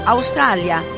Australia